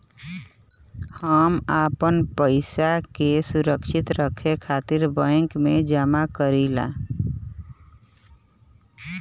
हम अपने पइसा के सुरक्षित रखे खातिर बैंक में जमा करीला